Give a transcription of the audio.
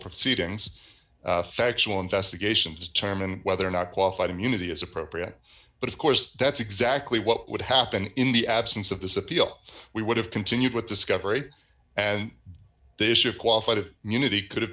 proceedings factual investigation to determine whether or not qualified immunity is appropriate but of course that's exactly what would happen in the absence of this appeal we would have continued with discovery and the issue of qualified of community could